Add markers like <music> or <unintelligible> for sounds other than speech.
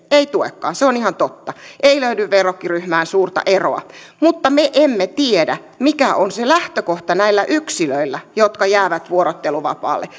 ei tuekaan se on ihan totta ei löydy verrokkiryhmään suurta eroa mutta me emme tiedä mikä on se lähtökohta näillä yksilöillä jotka jäävät vuorotteluvapaalle <unintelligible>